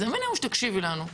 אז המינימום הוא שתקשיבי לנו.